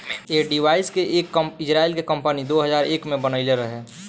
ऐ डिवाइस के एक इजराइल के कम्पनी दो हजार एक में बनाइले रहे